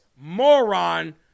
moron